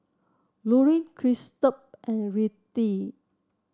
Lorin Christop and Rettie